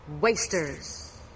Wasters